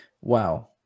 Wow